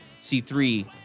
C3